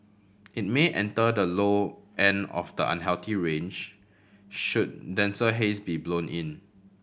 it may enter the low end of the unhealthy range should denser haze be blown in